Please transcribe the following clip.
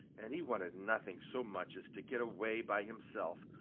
and he wanted nothing so much as to get away by himself,